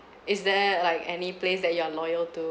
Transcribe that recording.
is there like any place that you are loyal to